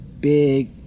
Big